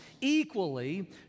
equally